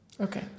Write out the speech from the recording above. Okay